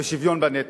ושוויון בנטל,